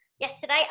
yesterday